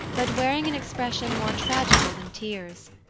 but wearing an expression more tragical than tears.